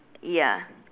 ya